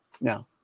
No